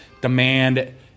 demand